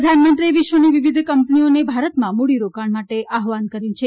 પ્રધાનમંત્રીએ વિશ્વની વિવિધ કંપનીઓને ભારતમાં મૂડીરોકાણ માટે આહ્રવાન કર્યું છે